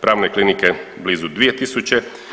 Pravne klinike blizu 2.000.